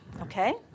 okay